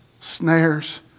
snares